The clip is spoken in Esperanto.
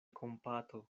kompato